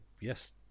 yes